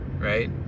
right